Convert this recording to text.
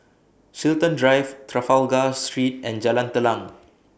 Chiltern Drive Trafalgar Street and Jalan Telang